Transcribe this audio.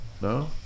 no